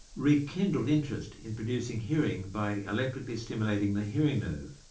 rekindled interest in producing hearing by electrically stimulating the hearing nerve.